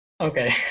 Okay